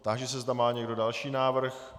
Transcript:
Táži se, zda má někdo další návrh?